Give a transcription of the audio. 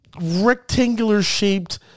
rectangular-shaped